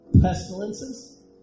Pestilences